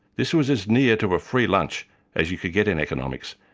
this was as near to a free lunch as you could get in economics,